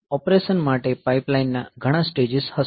operation માટે પાઇપલાઇનના ઘણા સ્ટેજિસ હશે